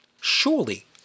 Surely